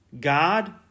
God